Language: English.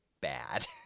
bad